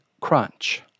crunch